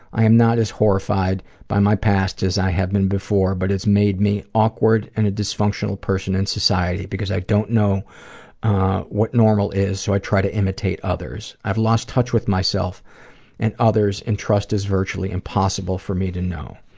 i am not as horrified by my past as i have been before, but it's made me awkward and a dysfunctional person in society because i don't know what normal is, so i try to imitate others. i've lost touch with myself and others and trust is virtually impossible for me to know.